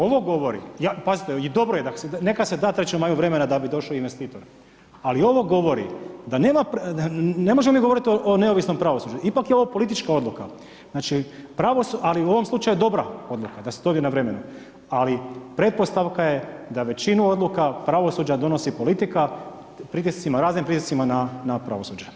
Ovo govori, pazite, i dobro je, neka se da Trećem maju da bi došao investitor ali ovo govori da ne možemo mi ogovoriti o neovisnom pravosuđu, ipak je ovo politička odluka ali u ovom slučaju, dobra odluka da se dobije na vremenu ali pretpostavka je da većinu odluka pravosuđa donosi politika, pritiscima, raznim pritiscima na pravosuđe.